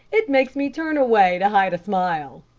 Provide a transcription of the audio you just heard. it makes me turn away to hide a smile.